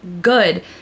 good